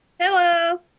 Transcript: Hello